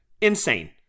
Insane